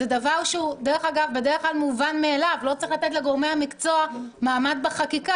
לא צריך לתת לגורמי המקצוע מעמד בחקיקה,